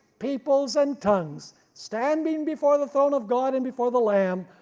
peoples, and tongues, standing before the throne of god and before the lamb.